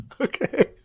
Okay